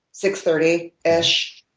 six thirty ish.